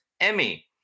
Emmy